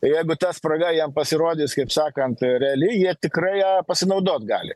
jeigu ta spraga jiem pasirodys kaip sakant reali jie tikrai ja pasinaudot gali